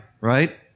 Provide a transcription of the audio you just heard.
right